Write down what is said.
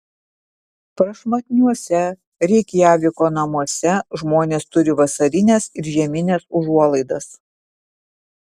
prašmatniuose reikjaviko namuose žmonės turi vasarines ir žiemines užuolaidas